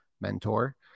mentor